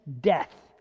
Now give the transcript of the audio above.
death